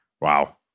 Wow